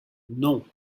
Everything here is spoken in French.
non